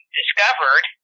discovered